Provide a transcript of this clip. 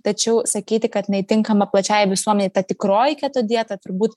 tačiau sakyti kad jinai tinkama plačiajai visuomenei ta tikroji keto dieta turbūt